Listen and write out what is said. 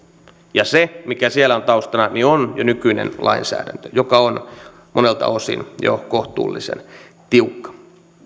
ja se mikä siellä on taustana on jo nykyinen lainsäädäntö joka on monelta osin jo kohtuullisen tiukka